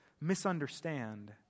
misunderstand